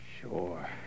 Sure